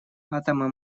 атомы